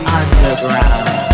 underground